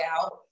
out